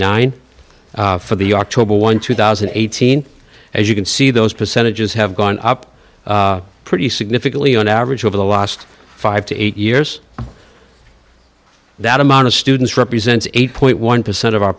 dollars for the october one two thousand and eighteen as you can see those percentages have gone up pretty significantly on average over the last five to eight years that amount of students represents eight point one percent of our